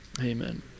Amen